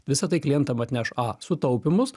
visa tai klientam atneš a sutaupymus